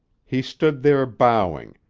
he stood there bowing,